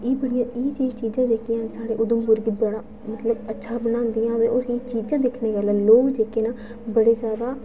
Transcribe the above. इ'यै नेहियां चीजां जेह्कियां हैन साढ़े उधमपुर गी मतलब बड़ा अच्छा बनादियां ते ओह् इ'यै नेहियां चीजां दिक्खने गी लोक जेह्के न बड़ा ज्यादा